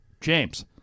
james